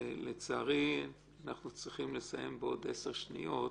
לצערי, אנחנו צריכים לסיים בעוד עשר שניות.